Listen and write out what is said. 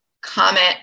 comment